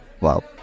Wow